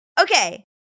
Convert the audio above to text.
Okay